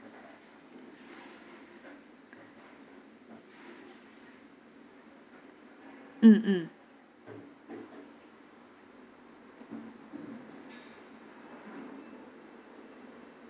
mm mm